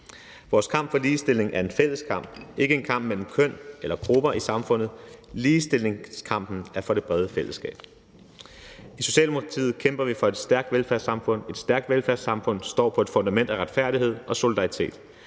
Vores kamp for ligestilling er en fælles kamp, ikke en kamp mellem køn eller grupper i samfundet. Ligestillingskampen er for det brede fællesskab. I Socialdemokratiet kæmper vi for et stærkt velfærdssamfund. Et stærkt velfærdssamfund står på et fundament af retfærdighed og solidaritet.